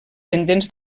pendents